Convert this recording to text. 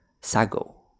sago